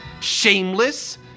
shameless